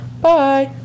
Bye